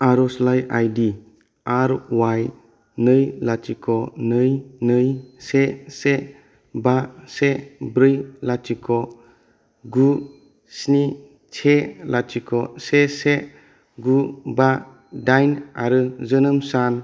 आर'जलाइ आइ डि आर वाय नै लाथिख' नै नै से से बा से ब्रै लाथिख' गु स्नि से लाथिख' से से गु बा दाइन आरो जोनोम सान